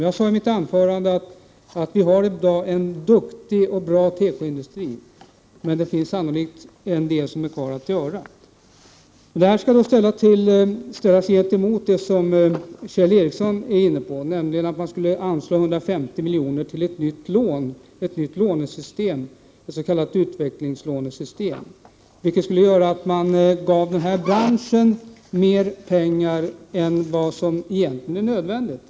Jag sade i mitt anförande att vi i dag har en skicklig och bra tekoindustri. Det finns dock sannolikt en del kvar att göra. Det här skall då ställas emot det som Kjell Ericsson är inne på, nämligen att man skulle anslå 150 milj.kr. till ett nytt lånesystem, ett s.k. utvecklingslånesystem. Det skulle leda till att man ger denna bransch mer pengar än vad som egentligen är nödvändigt.